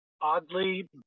oddly